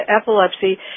epilepsy